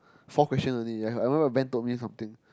four question only yeah I remembered Ben told me something